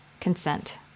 consent